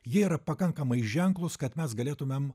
jie yra pakankamai ženklūs kad mes galėtumėm